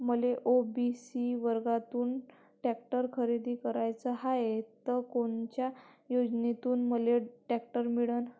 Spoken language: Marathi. मले ओ.बी.सी वर्गातून टॅक्टर खरेदी कराचा हाये त कोनच्या योजनेतून मले टॅक्टर मिळन?